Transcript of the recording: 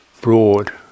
broad